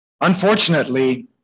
Unfortunately